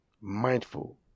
mindful